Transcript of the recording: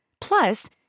plus